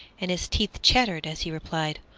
and his teeth chattered as he replied,